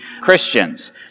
Christians